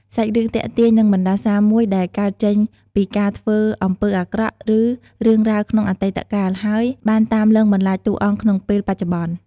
សាច់រឿងទាក់ទងនឹងបណ្ដាសាមួយដែលកើតចេញពីការធ្វើអំពើអាក្រក់ ឬរឿងរ៉ាវក្នុងអតីតកាល ហើយបានតាមលងបន្លាចតួអង្គក្នុងពេលបច្ចុប្បន្ន ។